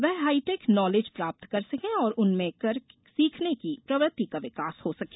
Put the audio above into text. वे high tech knowledge प्राप्त कर सकें और उनमें करके सीखने की प्रवृति का विकास हो सके